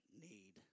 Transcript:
need